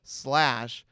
slash